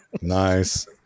Nice